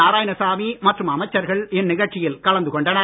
நாராயணசாமி மற்றும் அமைச்சர்கள் இந்நிகழ்ச்சியில் கலந்து கொண்டனர்